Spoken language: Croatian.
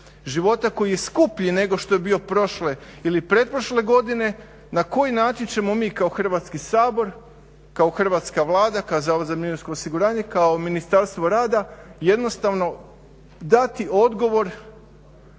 života koji je skupljiji nego što je bio prošle ili pretprošle godine, na koji način ćemo mi kao Hrvatski sabor, kao Hrvatska Vlada, kao Zavod za mirovinsko osiguranje, kao Ministarstvo rada jednostavno dati odgovor